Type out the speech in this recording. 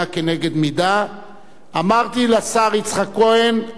אמרתי לשר יצחק כהן, החוק הזה יעלה ביום שני,